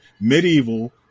Medieval